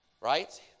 right